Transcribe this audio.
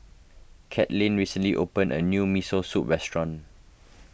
Katlin recently opened a new Miso Soup restaurant